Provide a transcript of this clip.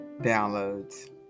Downloads